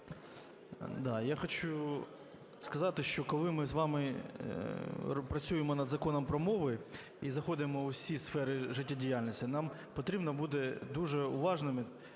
Я хочу сказати, що коли ми з вами працюємо над Законом про мови і заходимо в усі сфери життєдіяльності, нам потрібно бути дуже уважними